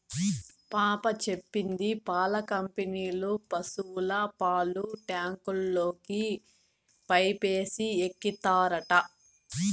పాప చెప్పింది పాల కంపెనీల పశుల పాలు ట్యాంకుల్లోకి పైపేసి ఎక్కిత్తారట